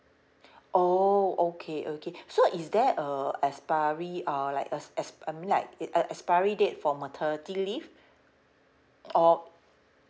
oh okay okay so is there a expiry uh like ex~ ex~ I mean like e~ a expiry date for maternity leave or